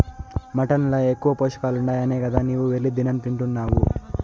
mutton ల ఎక్కువ పోషకాలుండాయనే గదా నీవు వెళ్లి దినం తింటున్డావు